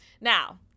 Now